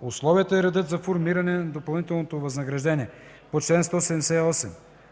„Условията и редът за формиране на допълнителното възнаграждение по чл. 178,